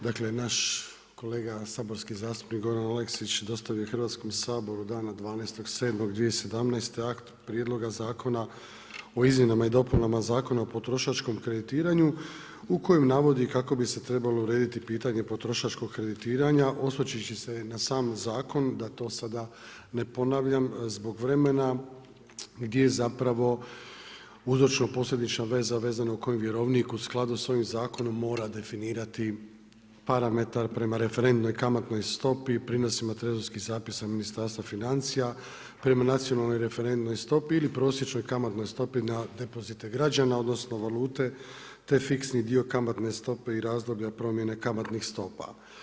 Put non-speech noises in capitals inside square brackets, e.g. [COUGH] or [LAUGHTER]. Dakle, naš kolega saborski zastupnik Goran Aleksić dostavio je Hrvatskom saboru dana 12. 7. 2017. akt Prijedloga zakona o izmjenama i dopunama Zakona o potrošačkom kreditiranju u kojem navodi kako bise trebalo urediti pitanje potrošačkog kreditiranja osvrčući se na sami zakon da to sada ne ponavljam zbog vremena gdje zapravo uzročno-posljedična veza vezano u kojoj vjerovnik u skladu sa ovim zakonom mora definirati parametar prema referentnoj kamatnoj stopi, … [UNINTELLIGIBLE] Ministarstva financija prema nacionalnoj referentnoj stopi ili prosječnoj kamatnoj stopi na depozite građana odnosno valute te fiksni dio kamatne stope i razdoblje promjene kamatnih stopa.